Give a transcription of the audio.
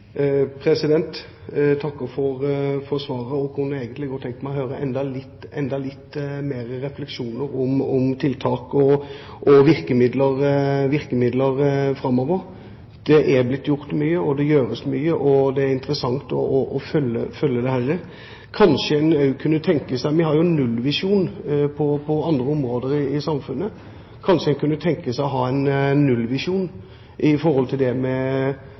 takker for svaret. Jeg kunne egentlig tenkt meg å høre enda litt flere refleksjoner om tiltak og virkemidler framover. Det er blitt gjort mye, og det gjøres mye. Det er interessant å følge dette. Vi har jo nullvisjon på andre områder i samfunnet. Kanskje en kunne tenke seg å ha en nullvisjon med hensyn til vold og overgrep mot barn å strekke seg mot? Jeg og Regjeringa har nullvisjon når det